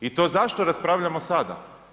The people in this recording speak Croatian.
I to zašto raspravljamo sada?